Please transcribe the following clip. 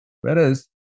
Whereas